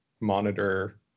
monitor